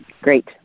Great